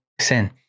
sin